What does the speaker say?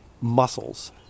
muscles